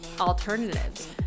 alternatives